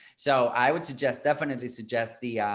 so i would suggest definitely suggest the,